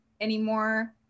anymore